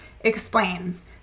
explains